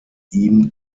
ihm